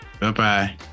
bye-bye